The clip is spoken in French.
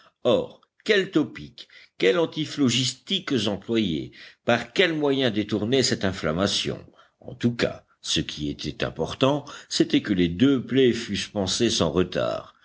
or quels topiques quels antiphlogistiques employer par quels moyens détourner cette inflammation en tout cas ce qui était important c'était que les deux plaies fussent pansées sans retard